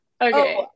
okay